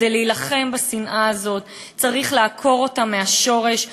וכדי להילחם בשנאה הזאת צריך לעקור אותה מהשורש,